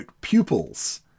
pupils